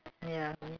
ya